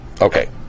Okay